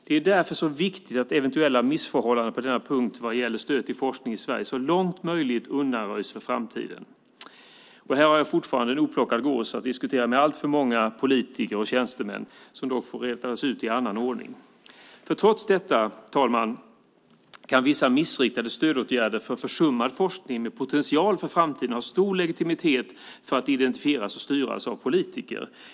Det är därför så viktigt att eventuella missförhållanden på denna punkt vad gäller stöd till forskning i Sverige så långt som möjligt undanröjs för framtiden. Här har jag fortfarande en oplockad gås att diskutera med alltför många politiker och tjänstemän, något som dock får redas ut i annan ordning. Trots detta, herr talman, kan vissa missriktade stödåtgärder för försummad forskning med en potential för framtiden ha en stor legitimitet för att identifieras och styras av politiker.